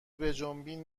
بجنبین